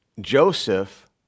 Joseph